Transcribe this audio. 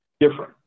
different